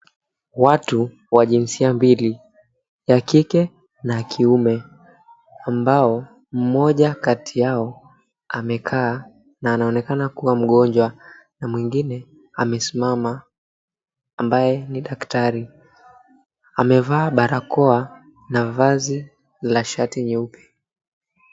Watu wa jinsia mbili ya kike na kiume ambao mmoja kati yao amekaa na anaonekana kuwa mgonjwa na mwingine amesimama ambaye ni daktari amevaa barakoa na vazi la shati nyeupe.